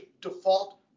default